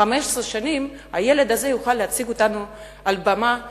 15 שנים הילד הזה יוכל לייצג אותנו על במה באו"ם,